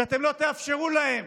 שאתם לא תאפשרו להם